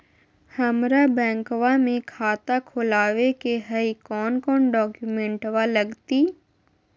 हमरा बैंकवा मे खाता खोलाबे के हई कौन कौन डॉक्यूमेंटवा लगती?